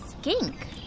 skink